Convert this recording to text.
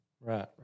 Right